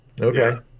Okay